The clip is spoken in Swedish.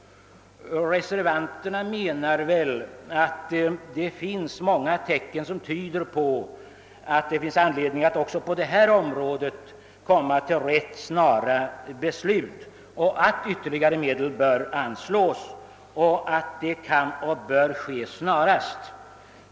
Reservanterna menar väl, att många tecken tyder på att det finns anledning att också på detta område komma till snara beslut och att ytterligare medel därför snarast bör anslås.